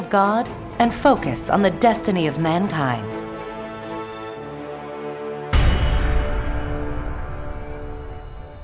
of god and focus on the destiny of mankind